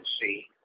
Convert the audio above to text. see